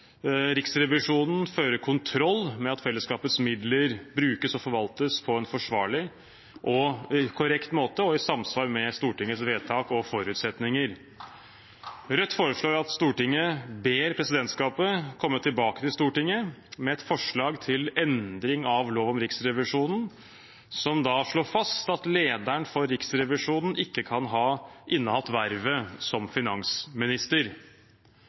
Riksrevisjonen fører kontroll med at fellesskapets midler brukes og forvaltes på en forsvarlig og korrekt måte og i samsvar med Stortingets vedtak og forutsetninger. Rødt foreslår at Stortinget ber presidentskapet komme tilbake til Stortinget med et forslag til endring av lov om Riksrevisjonen som slår fast at lederen for Riksrevisjonen ikke kan ha innehatt vervet som finansminister.